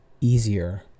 easier